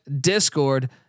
discord